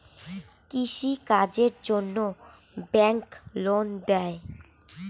কৃষি কাজের জন্যে ব্যাংক লোন দেয়?